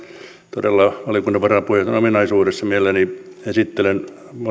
todella valiokunnan varapuheenjohtajan ominaisuudessa mielelläni esittelen